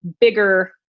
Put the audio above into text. bigger